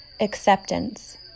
acceptance